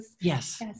Yes